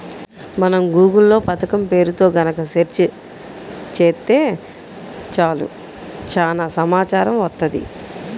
మనం గూగుల్ లో పథకం పేరుతో గనక సెర్చ్ చేత్తే చాలు చానా సమాచారం వత్తది